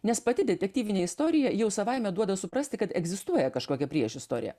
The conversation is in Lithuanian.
nes pati detektyvinė istorija jau savaime duoda suprasti kad egzistuoja kažkokia priešistorė